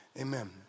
amen